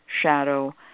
shadow